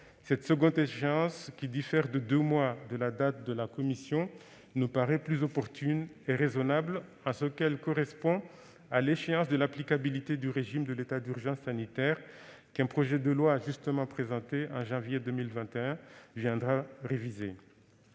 Cette seconde échéance, qui diffère de deux mois de la date de la commission, nous paraît plus opportune et raisonnable en ce qu'elle correspond à l'échéance de l'applicabilité du régime de l'état d'urgence sanitaire, qu'un projet de loi justement présenté en janvier 2021 viendra réviser.